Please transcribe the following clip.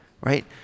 Right